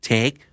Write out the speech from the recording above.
Take